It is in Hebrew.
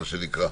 בבקשה,